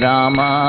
Rama